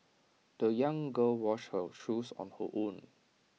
the young girl washed her shoes on her own